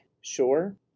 sure